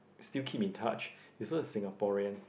still keep in touch is also a Singaporean